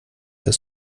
das